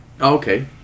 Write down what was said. okay